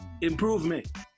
Improvement